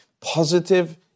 positive